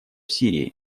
сирии